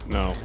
no